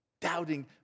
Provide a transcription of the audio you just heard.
Doubting